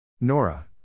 Nora